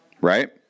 right